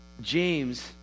James